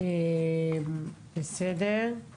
יש